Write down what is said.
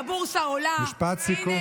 שר האוצר עובד 24/7 כדי למגר את יוקר המחיה.